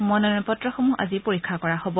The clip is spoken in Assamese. মনোনয়নপত্ৰসমূহ আজি পৰীক্ষা কৰা হ'ব